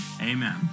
amen